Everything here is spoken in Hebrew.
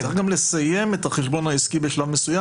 צריך גם לסיים את החשבון העסקי בשלב מסוים